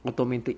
automatic